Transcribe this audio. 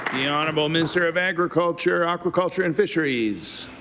the honourable minister of agriculture, aqua culture and fisheries.